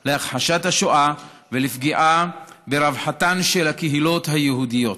להכחשת השואה ולפגיעה ברווחתן של הקהילות היהודיות.